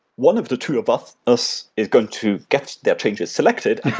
one of the two of us us is going to get their changes selected